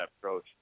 approach